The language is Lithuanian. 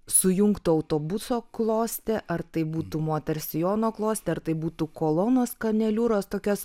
sujungto autobuso klostė ar tai būtų moters sijono klostė ar tai būtų kolonos kaneliūros tokios